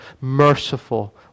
merciful